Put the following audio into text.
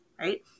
right